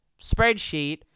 spreadsheet